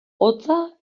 hotza